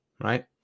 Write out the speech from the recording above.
right